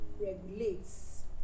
regulates